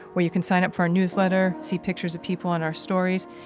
where you can sign up for our newsletter, see pictures of people in our stories,